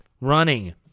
running